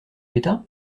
l’état